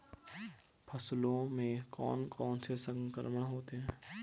फसलों में कौन कौन से संक्रमण होते हैं?